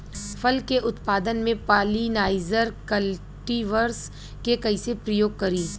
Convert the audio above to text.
फल के उत्पादन मे पॉलिनाइजर कल्टीवर्स के कइसे प्रयोग करी?